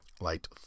light